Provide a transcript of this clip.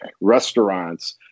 restaurants